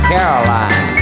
Caroline